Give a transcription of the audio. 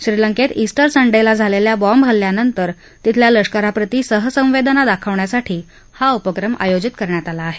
श्रीलंकेत उंटर संडेला झालेल्या बॉम्ब हल्ल्यानंतर तिथल्या लष्काराप्रती सहसवेदना दाखवण्यासाठी हा उपक्रम आयोजित केला आहे